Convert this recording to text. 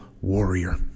warrior